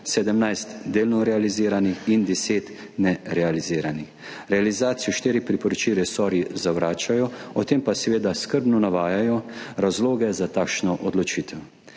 17 delno realiziranih in 10 nerealiziranih. Realizacijo štirih priporočil resorji zavračajo, ob tem pa seveda skrbno navajajo razloge za takšno odločitev.